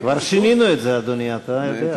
כבר שינינו את זה, אדוני, אתה יודע.